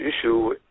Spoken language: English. issue